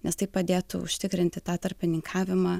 nes tai padėtų užtikrinti tą tarpininkavimą